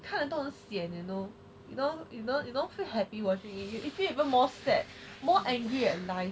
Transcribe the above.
看了都很 sian you know you know you know you don't feel happy watching it you you feel even more sad more angry at life